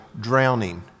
drowning